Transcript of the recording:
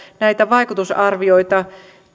näitä vaikutusarvioita